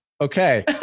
Okay